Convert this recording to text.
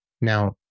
Now